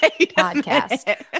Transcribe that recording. podcast